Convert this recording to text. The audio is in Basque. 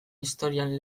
historian